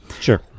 sure